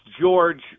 George